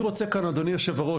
אדוני יושב הראש,